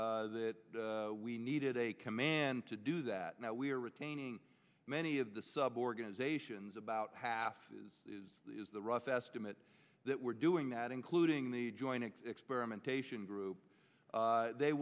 that we needed a command to do that now we are retaining many of the sub organizations about half the rough estimate that we're doing that including the joint experimentation group they